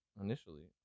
initially